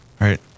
right